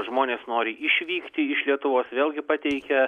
žmonės nori išvykti iš lietuvos vėlgi pateikia